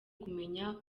kumenya